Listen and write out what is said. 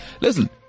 Listen